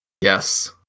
yes